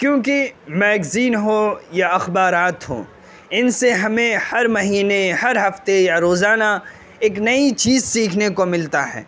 کیونکہ میگزین ہو یا اخبارات ہوں ان سے ہمیں ہر مہینے ہر ہفتے یا روزانہ ایک نئی چیز سیکھنے کو ملتا ہے